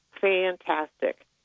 Fantastic